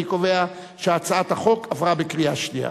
אני קובע שהצעת החוק עברה בקריאה שנייה.